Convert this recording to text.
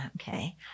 Okay